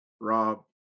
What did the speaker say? rob